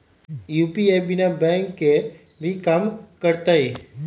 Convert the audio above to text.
UPI बिना bank के भी कम करतै?